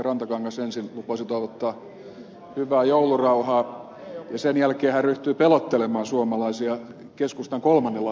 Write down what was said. rantakangas ensin lupasi toivottaa hyvää joulurauhaa ja sen jälkeen hän ryhtyi pelottelemaan suomalaisia keskustan kolmannella hallituskaudella